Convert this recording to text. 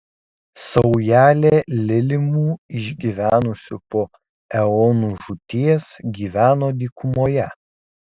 saujelė lilimų išgyvenusių po eonų žūties gyveno dykumoje